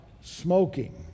smoking